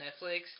netflix